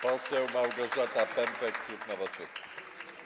Poseł Małgorzata Pępek, klub Nowoczesna.